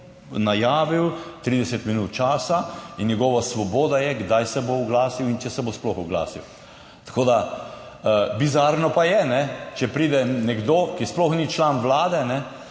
najavil 30 minut časa in njegova svoboda je, kdaj se bo oglasil in če se bo sploh oglasil. Bizarno pa je, če pride nekdo, ki sploh ni član Vlade, v